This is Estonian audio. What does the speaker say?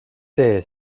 tee